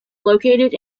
located